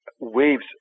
waves